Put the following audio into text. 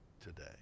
today